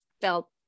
felt